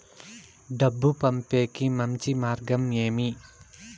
డబ్బు పంపేకి మంచి మార్గం ఏమి